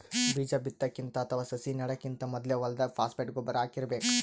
ಬೀಜಾ ಬಿತ್ತಕ್ಕಿಂತ ಅಥವಾ ಸಸಿ ನೆಡಕ್ಕಿಂತ್ ಮೊದ್ಲೇ ಹೊಲ್ದಾಗ ಫಾಸ್ಫೇಟ್ ಗೊಬ್ಬರ್ ಹಾಕಿರ್ಬೇಕ್